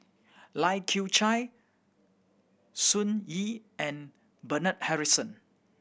Lai Kew Chai Sun Yee and Bernard Harrison